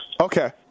Okay